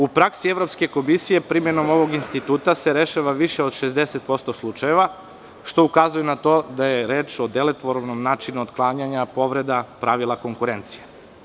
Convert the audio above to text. U praksi evropske komisije, primenom ovog instituta se rešava više od 60% slučajeva, što ukazuje na to da je reč o delotvornom načinu otklanjanja povreda pravila konkurencije.